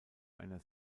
einer